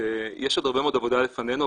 יש עוד הרבה מאוד עבודה לפנינו,